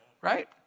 right